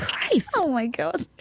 i so i got